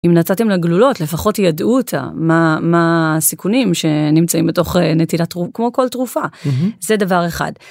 אם נתתם לה גלולות, לפחות תיידעו אותה מה הסיכונים שנמצאים בתוך נטילת, כמו כל תרופה, זה דבר אחד.